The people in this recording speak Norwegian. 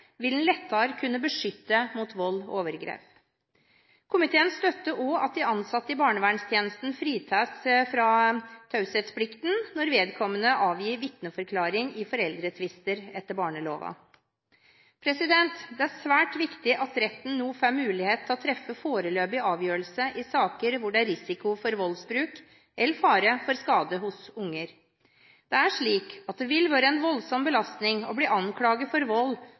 overgrep. Komiteen støtter også at de ansatte i barnevernstjenesten fritas fra taushetsplikten når vedkommende avgir vitneforklaring i foreldretvister etter barneloven. Det er svært viktig at retten nå får mulighet til å treffe foreløpig avgjørelse i saker hvor det er risiko for voldsbruk eller fare for skade hos barnet. Det er slik at det vil være en voldsom belastning å bli anklaget for vold